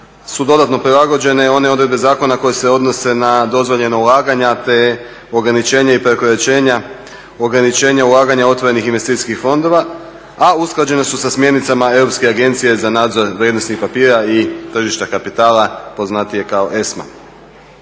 su dodatno prilagođene, one odredbe zakona koje se odnose na dozvoljena ulaganja te ograničenje i prekoračenja, ograničenja ulaganja otvorenih investicijskih fondova a usklađene su sa smjernicama Europske agencije za nadzor vrijednosnih papira i tržišta kapitala poznatije kao ESMA.